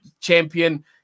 champion